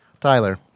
Tyler